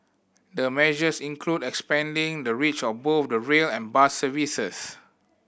the measures include expanding the reach of both the rail and bus services